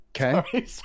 Okay